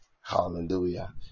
hallelujah